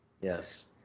Yes